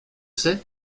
sais